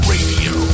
Radio